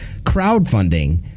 crowdfunding